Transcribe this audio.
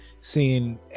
seeing